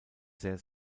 sehr